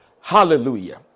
Hallelujah